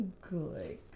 Good